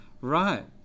Right